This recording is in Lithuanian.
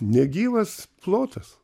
negyvas plotas